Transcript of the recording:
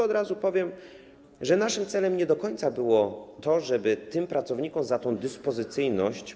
Od razu powiem, że naszym celem nie do końca było to, żeby płacić tym pracownikom za dyspozycyjność.